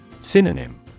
Synonym